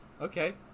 okay